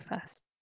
first